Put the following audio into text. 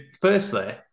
Firstly